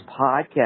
Podcast